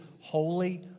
Holy